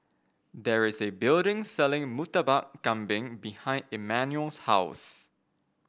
there is a building selling Murtabak Kambing behind Emmanuel's house